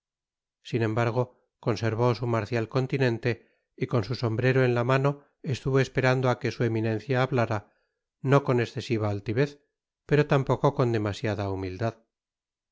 sin embargo conservó su marcial continente y con su sombrero en la mano estuvo esperando á que su eminencia hablara no con escesiva altivez pero tampoco con demasiada humildad